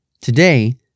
Today